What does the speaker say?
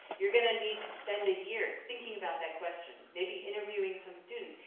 you're gonna need to spend a year thinking about that question, maybe interviewing some students,